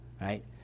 right